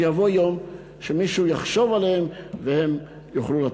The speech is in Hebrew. שיבוא יום שמישהו יחשוב עליהם והם יוכלו לצאת.